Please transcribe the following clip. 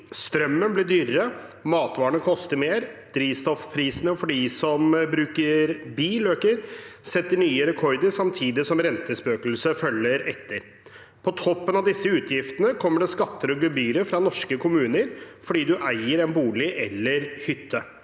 Strømmen blir dyrere, matvarene koster mer, drivstoffprisene for de som bruker bil, setter nye rekorder samtidig som rentespøkelset følger etter. På toppen av disse utgiftene kommer det skatter og gebyrer fra norske kommuner fordi du eier en bolig eller en hytte.